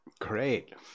Great